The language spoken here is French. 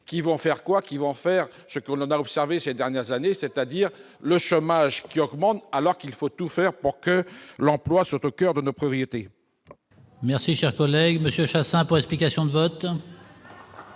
qui vont faire quoi qu'ils vont faire ce qu'on a observé ces dernières années, c'est-à-dire le chômage qui augmente, alors qu'il faut tout faire pour que l'emploi soit au coeur de nos premiers. Merci, cher collègue Monsieur Chassaing pour explication de vote.